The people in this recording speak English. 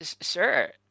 Sure